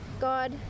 God